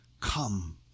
Come